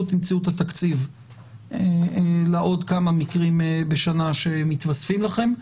תמצאו את התקציב לעוד כמה מקרים בשנה שמתווספים לכם.